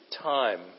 time